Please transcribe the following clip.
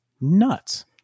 nuts